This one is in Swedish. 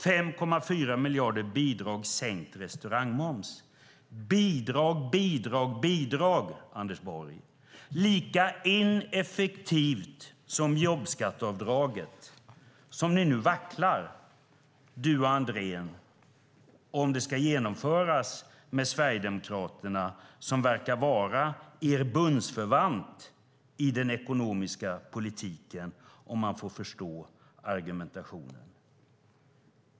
5,4 miljarder går i bidrag till sänkt restaurangmoms. Bidrag, bidrag, bidrag, Anders Borg! Det är lika ineffektivt som jobbskatteavdraget där du och Andrén nu vacklar när det gäller om det ska genomföras med Sverigedemokraterna, som verkar vara er bundsförvant i den ekonomiska politiken av argumentationen att döma.